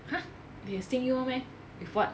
!huh! they can sting you [one] meh